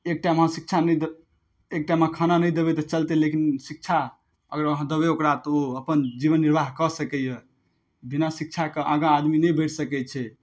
एक टाइम अहाँ शिक्षा नहि एक टाइम अहाँ खाना नहि देबै तऽ चलतै लेकिन शिक्षा अगर अहाँ देबै ओकरा तऽ ओ अपन जीवन निर्वाह कऽ सकैय बिना शिक्षाके आगा आदमी नहि बढ़ि सकै छै